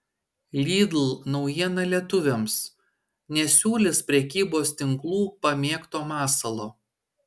lidl naujiena lietuviams nesiūlys prekybos tinklų pamėgto masalo